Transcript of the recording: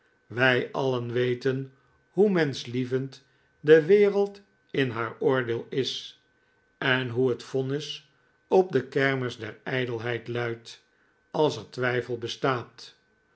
wij alien weten hoe menschlievend de wereld in haar oordeel is en hoe het vonnis op de kermis der ijdelheid luidt als er twijfel bestaat